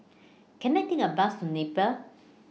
Can I Take A Bus to Napier